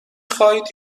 خواهید